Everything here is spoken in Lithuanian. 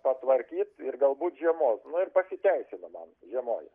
patvarkyt ir galbūt žiemos nu ir pasiteisino man žiemoja